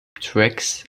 tracks